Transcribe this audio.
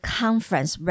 conference